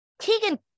Keegan